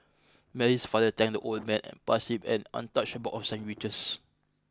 Mary's father thanked the old man and passed him an untouched box of sandwiches